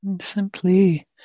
simply